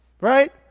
Right